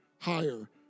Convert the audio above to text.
higher